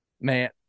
Man